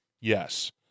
Yes